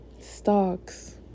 stocks